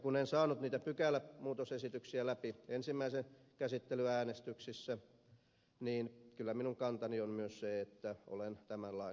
kun en saanut niitä pykälämuutosesityksiä läpi ensimmäisen käsittelyn äänestyksissä niin kyllä minun kantani on myös se että olen tämän lain hylkäämisen kannalla